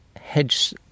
hedge